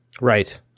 Right